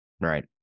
Right